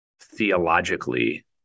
theologically